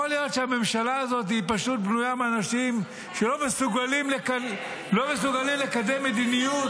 יכול להיות שהממשלה הזאת פשוט בנויה מאנשים שלא מסוגלים לקדם מדיניות?